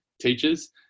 teachers